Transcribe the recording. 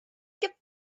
gift